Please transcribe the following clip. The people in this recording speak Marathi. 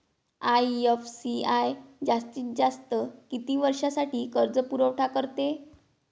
आय.एफ.सी.आय जास्तीत जास्त किती वर्षासाठी कर्जपुरवठा करते?